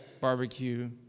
barbecue